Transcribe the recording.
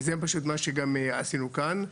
וזה פשוט מה שעשינו גם כאן.